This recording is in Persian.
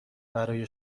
برای